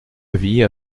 avis